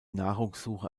nahrungssuche